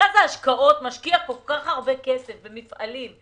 מרכז ההשקעות משקיע כל כך הרבה כסף במפעלים.